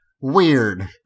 weird